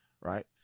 right